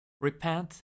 Repent